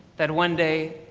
that one day,